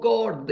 God